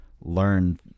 learn